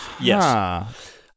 Yes